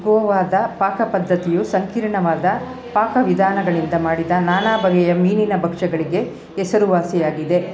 ಗೋವಾದ ಪಾಕಪದ್ಧತಿಯು ಸಂಕೀರ್ಣವಾದ ಪಾಕವಿಧಾನಗಳಿಂದ ಮಾಡಿದ ನಾನಾ ಬಗೆಯ ಮೀನಿನ ಭಕ್ಷ್ಯಗಳಿಗೆ ಹೆಸರುವಾಸಿಯಾಗಿದೆ